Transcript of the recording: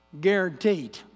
guaranteed